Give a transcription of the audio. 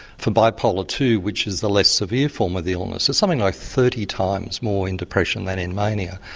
for bipolar two which is the less severe form of the illness it's something like thirty times more in depression than in mania.